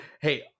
hey